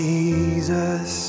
Jesus